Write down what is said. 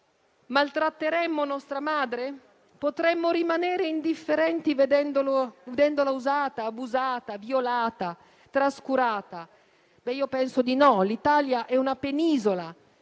Maltratteremmo nostra madre? Potremmo rimanere indifferenti vedendola usata, abusata, violata, trascurata? Io penso di no. L'Italia è una penisola